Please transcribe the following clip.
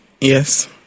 yes